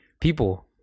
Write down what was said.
people